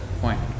point